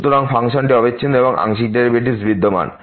সুতরাং ফাংশনটি অবিচ্ছিন্ন এবং আংশিক ডেরিভেটিভস বিদ্যমান